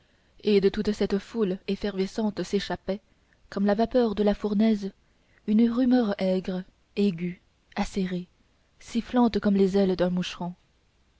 et de toute cette foule effervescente s'échappait comme la vapeur de la fournaise une rumeur aigre aiguë acérée sifflante comme les ailes d'un moucheron